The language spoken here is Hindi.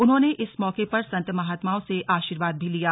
उन्होंने इस मौके पर संत महात्माओं से आशीर्वाद भी लिया